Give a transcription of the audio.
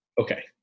okay